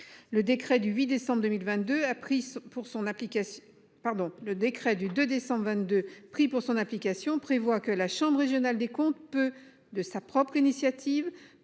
le décret du 2 décembre 22 pris pour son application prévoit que la chambre régionale des comptes, peu de sa propre initiative